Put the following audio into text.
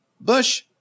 Bush